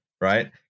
right